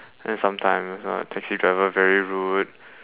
and sometimes uh taxi driver very rude